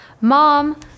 Mom